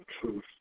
truth